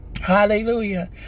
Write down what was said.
Hallelujah